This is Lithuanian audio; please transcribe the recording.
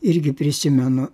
irgi prisimenu